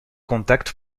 contact